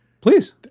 Please